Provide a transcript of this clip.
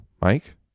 Mike